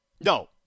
No